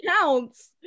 counts